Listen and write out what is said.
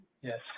Yes